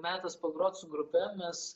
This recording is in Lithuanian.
metas pagrot su grupe mes